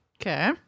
Okay